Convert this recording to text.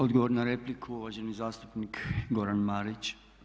Odgovor na repliku uvaženi zastupnik Goran Marić.